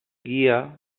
guia